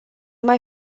mai